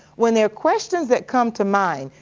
when there are questions that come to mind,